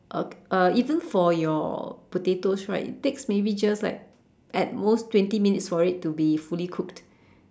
uh uh even for your potatoes right it takes maybe just like at most twenty minutes for it to be fully cooked